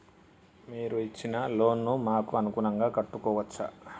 మీరు ఇచ్చిన లోన్ ను మాకు అనుకూలంగా కట్టుకోవచ్చా?